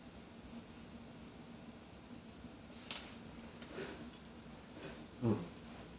mm